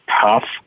tough